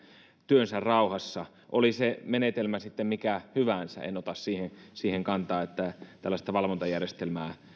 työnsä rauhassa oli se menetelmä sitten mikä hyvänsä en ota siihen siihen kantaa että tällaista valvontajärjestelmää